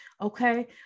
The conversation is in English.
Okay